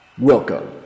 Welcome